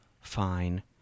fine